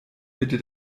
bitte